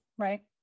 right